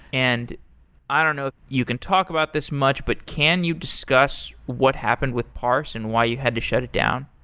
and i don't know. you can talk about this much, but can you discuss what happened with parse and why you had to shut it down?